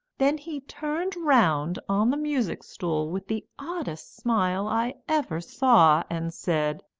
then he turned round on the music stool with the oddest smile i ever saw, and said,